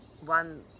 one